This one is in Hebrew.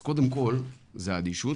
אז קודם כל יש אדישות.